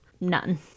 none